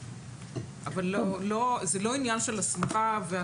אבל זה לא עניין של הסמכה.